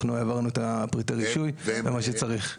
העברנו את פריטי הרישוי ומה שצריך.